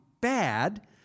bad